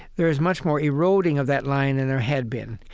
there is much more eroding of that line than there had been.